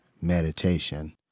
meditation